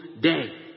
day